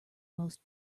most